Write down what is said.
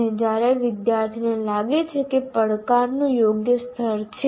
અને જ્યારે વિદ્યાર્થીને લાગે છે કે પડકારનું યોગ્ય સ્તર છે